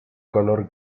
color